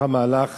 במהלך